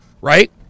Right